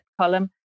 column